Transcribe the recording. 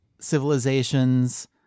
civilizations